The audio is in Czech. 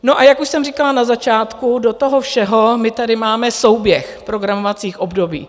No a jak už jsem říkala na začátku, do toho všeho my tady máme souběh programovacích období.